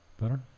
Better